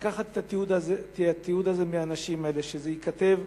לקחת את התיעוד הזה מהאנשים האלה, ושזה ייכתב,